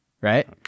right